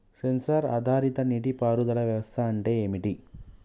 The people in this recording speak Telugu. సెన్సార్ ఆధారిత నీటి పారుదల వ్యవస్థ అంటే ఏమిటి?